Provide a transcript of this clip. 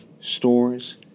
stores